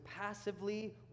passively